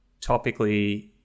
topically